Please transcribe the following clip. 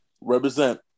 Represent